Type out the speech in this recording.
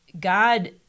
God